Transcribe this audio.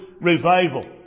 revival